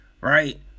Right